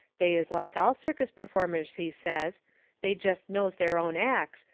they is like all circus performers, he says they jest knows their own acts,